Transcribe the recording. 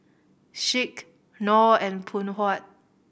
Schick Knorr and Phoon Huat